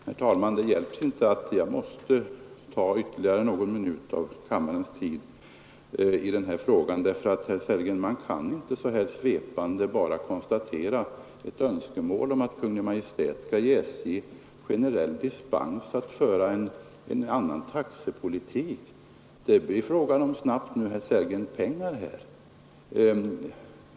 Herr talman! Jag måste tyvärr ta ytterligare någon minut av kammarens tid i anspråk i denna fråga. Man kan inte, herr Sellgren, helt svepande konstatera som ett önskemål att Kungl. Maj:t skall ge SJ generell dispens att föra en annan taxepolitik. Det blir snabbt en fråga om pengar, herr Sellgren.